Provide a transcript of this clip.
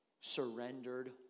surrendered